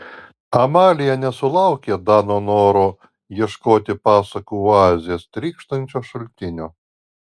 amalija nesulaukė dano noro ieškoti pasakų oazės trykštančio šaltinio